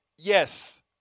Yes